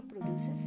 produces